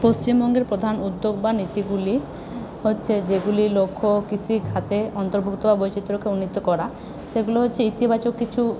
পশ্চিমবঙ্গের প্রধান উদ্যোগ বা নীতিগুলি হচ্ছে যেগুলির লক্ষ্য কৃষিখাতে অন্তর্ভুক্ত বা বৈচিত্র্যকে উন্নীত করা সেগুলো হচ্ছে ইতিবাচক কিছু